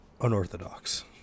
unorthodox